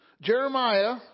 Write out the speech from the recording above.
Jeremiah